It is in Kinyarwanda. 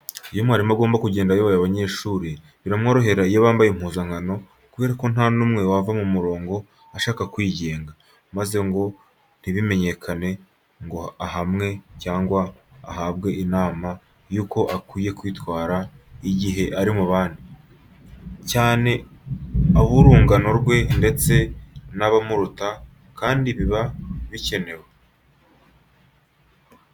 Iyo mwarimu agomba kugenda ayoboye abanyeshuri, biramworohera iyo bambaye impuzankano kubera ko nta n'umwe wava mu murongo ashaka kwigenga, maze ngo ntibimenyekane ngo ahanwe cyangwa ahabwe inama y'uko akwiye kwitwara igihe ari mu bandi, cyane ab'urungano rwe ndetse n'abamuruta, kandi biba bikenewe.